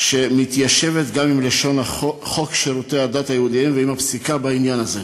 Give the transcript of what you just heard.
שמתיישבת גם עם לשון חוק שירותי הדת היהודיים ועם הפסיקה בעניין הזה,